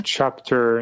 Chapter